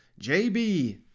JB